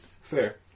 fair